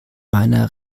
meiner